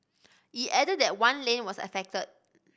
it added that one lane was affected